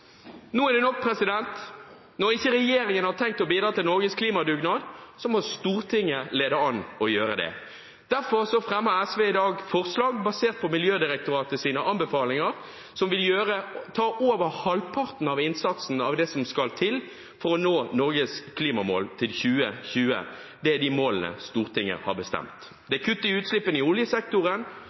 Nå er det nok. Når ikke regjeringen har tenkt å bidra til Norges klimadugnad, må Stortinget lede an og gjøre det. Derfor fremmer SV i dag forslag basert på Miljødirektoratets anbefalinger, som vil ta over halvparten av innsatsen av det som skal til for å nå Norges klimamål innen 2020. Målene Stortinget har bestemt, er kutt i utslippene i oljesektoren,